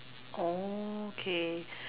oh okay